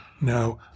no